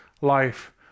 life